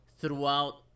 throughout